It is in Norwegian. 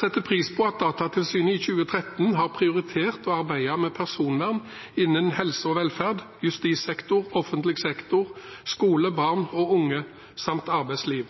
setter pris på at Datatilsynet i 2013 har prioritert å arbeide med personvern innenfor helse og velferd, justissektor, offentlig sektor, skole, barn og unge samt arbeidsliv.